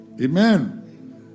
Amen